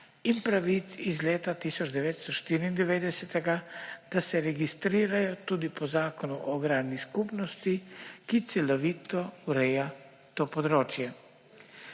in pravic iz leta 1994, da se registrirajo tudi po Zakonu o agrarnih skupnostih, ki celovito ureja to področje.